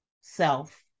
self